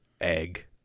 Egg